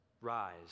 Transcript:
rise